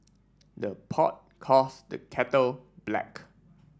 the pot calls the kettle black